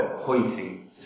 pointing